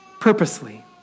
purposely